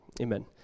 Amen